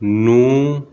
ਨੂੰ